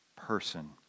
Person